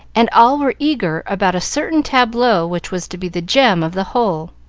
and all were eager about a certain tableau which was to be the gem of the whole,